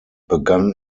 begann